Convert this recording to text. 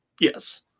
Yes